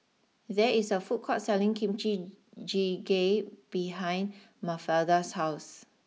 there is a food court selling Kimchi Jjigae behind Mafalda's house